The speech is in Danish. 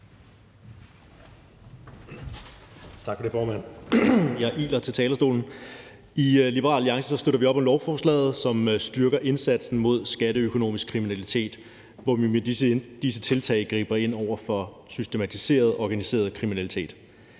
Tak for det, formand. Jeg iler til talerstolen. I Liberal Alliance støtter vi op om lovforslaget, som styrker indsatsen mod skatteøkonomisk kriminalitet, hvor vi med disse tiltag griber ind over for systematiseret og organiseret kriminalitet.